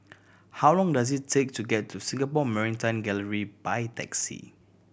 how long does it take to get to Singapore Maritime Gallery by taxi